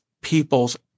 people's